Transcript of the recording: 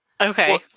okay